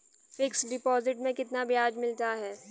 Fix deposit में कितना ब्याज मिलता है?